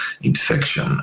infection